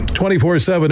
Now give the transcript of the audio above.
24-7